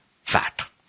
fat